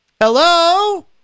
Hello